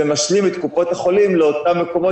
זה משלים את קופות החולים לאותם מקומות